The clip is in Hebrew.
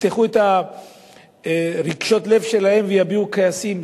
יפתחו את רגשות הלב שלהם ויביעו כעסים.